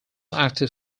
active